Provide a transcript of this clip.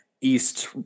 East